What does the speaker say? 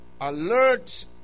alert